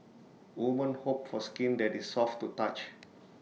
women hope for skin that is soft to touch